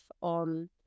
on